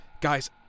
Guys